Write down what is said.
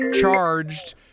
charged